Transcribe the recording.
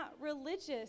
religious